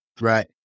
Right